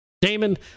Damon